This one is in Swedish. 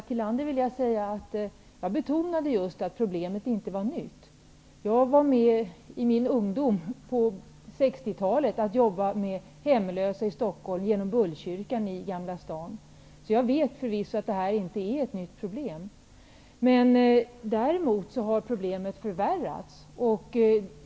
Herr talman! Jag betonade just att problemet inte var nytt. Jag var med i min ungdom på 60-talet och jobbade med hemlösa i Stockholm genom ''bullkyrkan'' i Gamla sta'n. Så jag vet förvisso att detta inte är något nytt problem. Däremot har problemet förvärrats.